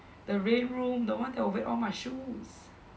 the rain room the one that will wet all my shoes